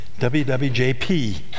WWJP